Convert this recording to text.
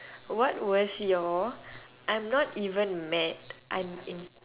what was your I'm not even mad I'm in